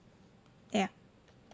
ya